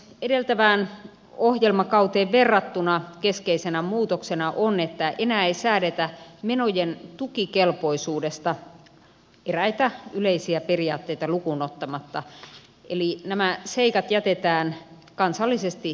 edeltävään ohjelmakauteen verrattuna keskeisenä muutoksena on että enää ei säädetä menojen tukikelpoisuudesta eräitä yleisiä periaatteita lukuun ottamatta eli nämä seikat jätetään kansallisesti määriteltäviksi